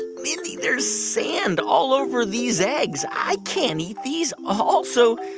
mindy, there's sand all over these eggs. i can eat these. also,